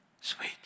sweet